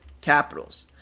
Capitals